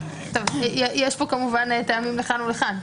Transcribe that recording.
יש פה כמובן טעמים לכאן ולכאן.